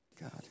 God